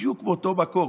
בדיוק מאותו מקום,